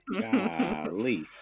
Golly